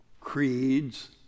creeds